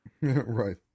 Right